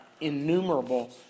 innumerable